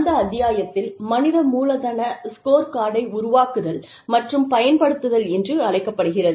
அந்த அத்தியாயத்தில் மனித மூலதன ஸ்கோர்கார்டை உருவாக்குதல் மற்றும் பயன்படுத்துதல் என்று அழைக்கப்படுகிறது